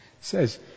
says